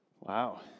Wow